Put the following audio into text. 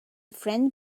friend